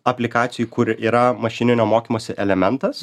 aplikacijoj kuri yra mašininio mokymosi elementas